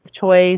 choice